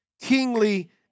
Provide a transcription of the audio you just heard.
Kingly